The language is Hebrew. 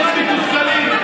אתם מתוסכלים,